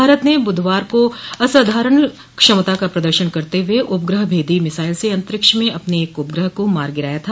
भारत ने बुधवार को असाधारण क्षमता का प्रदर्शन करते हुए उपग्रह भेदी मिसाइल से अंतरिक्ष में अपने एक उपग्रह को मार गिराया था